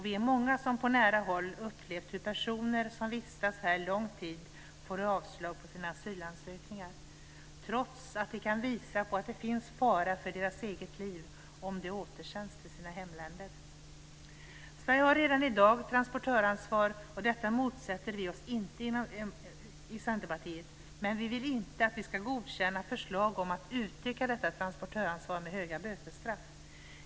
Vi är många som på nära håll upplevt hur personer som vistats här under lång tid får avslag på sina asylansökningar, trots att de kan visa att det finns fara för deras eget liv om de återsänds till sina hemländer. Sverige har redan i dag transportörsansvar, och detta motsätter vi oss inte i Centerpartiet, men vi vill inte att vi ska godkänna förslag om att utöka detta transportörsansvar med höga bötesstraff.